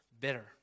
bitter